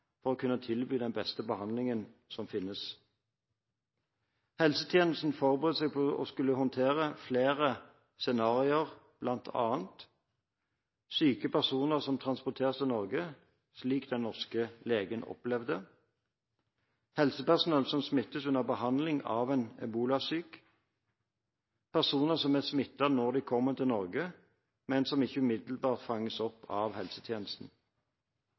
for å kunne tilby den beste behandlingen som finnes. Helsetjenestene forbereder seg på å skulle håndtere flere scenarier, bl.a.: syke personer som transporteres til Norge, slik den norske legen opplevde helsepersonell som smittes under behandling av en ebolasyk personer som er smittet når de kommer til Norge, men som ikke umiddelbart fanges opp av helsetjenesten